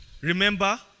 Remember